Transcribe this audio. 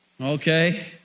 Okay